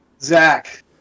Zach